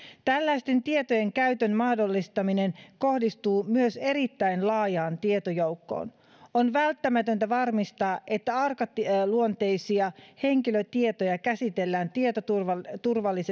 tällaisten tietojen käytön mahdollistaminen kohdistuu myös erittäin laajaan tietojoukkoon on välttämätöntä varmistaa että arkaluonteisia henkilötietoja käsitellään tietoturvallisesti